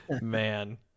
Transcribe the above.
man